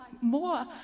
more